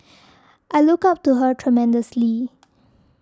I look up to her tremendously